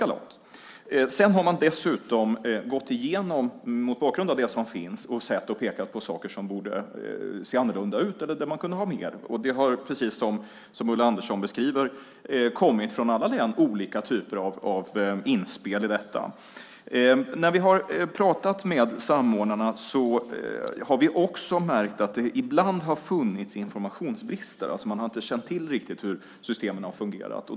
Det andra är att man dessutom mot bakgrund av det som finns har gått igenom och pekat på saker som borde se annorlunda ut eller där man kunde ha mer. Det är precis som Ulla Andersson beskriver. Det har från alla län kommit olika typer av inspel i detta. När vi har talat med samordnarna har vi också märkt att det ibland har funnits informationsbrister. Man har inte känt till riktigt hur systemen fungerat.